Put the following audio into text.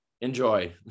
Enjoy